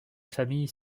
familles